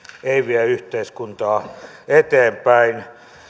ei vie yhteiskuntaa eteenpäin